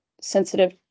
sensitive